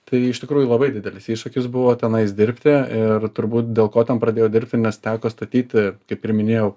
tai iš tikrųjų labai didelis iššūkis buvo tenais dirbti ir turbūt dėl ko ten pradėjau dirbti nes teko statyti kaip ir minėjau